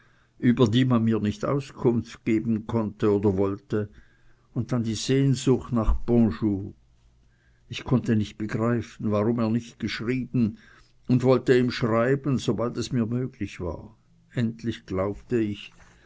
über die man mir nicht auskunft geben konnte oder wollte und dann die sehnsucht nach bonjour ich konnte nicht begreifen warum er nicht geschrieben und wollte ihm schreiben sobald es mir möglich war endlich glaubte ich